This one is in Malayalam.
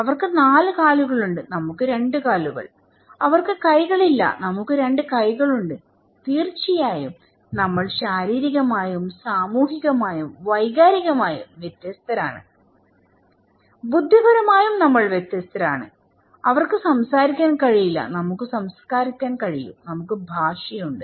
അവർക്ക് 4 കാലുകളുണ്ട് നമുക്ക് 2 കാലുകളുണ്ട് അവർക്ക് കൈകളില്ല നമുക്ക് 2 കൈകളുണ്ട് തീർച്ചയായും നമ്മൾ ശാരീരികമായും സാമൂഹികമായും വൈകാരികമായും വ്യത്യസ്തരാണ് ബുദ്ധിപരമായും നമ്മൾ വ്യത്യസ്തരാണ് അവർക്ക് സംസാരിക്കാൻ കഴിയില്ല നമുക്ക് സംസാരിക്കാൻ കഴിയും നമുക്ക് ഭാഷയുണ്ട്